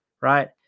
Right